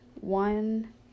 one